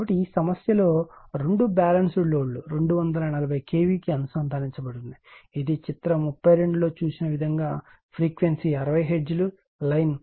కాబట్టి ఈ సమస్యలో రెండు బ్యాలెన్స్ లోడ్లు 240 kV కి అనుసంధానించబడి ఉన్నాయి ఇది చిత్రం 32 లో చూపిన విధంగా ఫ్రీక్వెన్సీ 60 హెర్ట్జ్ లైన్